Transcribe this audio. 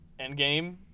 Endgame